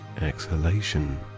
exhalation